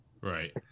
Right